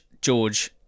George